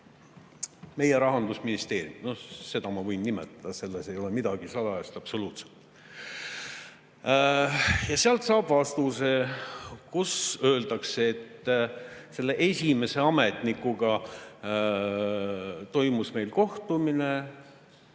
meie Rahandusministeeriumile. Seda ma võin nimetada, selles ei ole midagi salajast, absoluutselt. Ja sealt saab ta vastuse, kus öeldakse, et selle esimese ametnikuga toimus meil kohtumine,